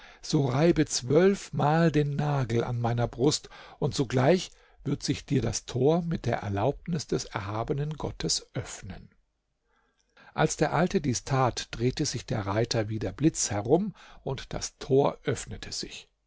so reibe zwölfmal den nagel an meiner brust und sogleich wird sich dir das tor mit der erlaubnis des erhabenen gottes öffnen als der alte dies tat drehte sich der reiter wie der blitz herum und das tor öffnete sich